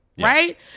Right